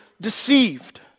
deceived